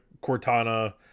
Cortana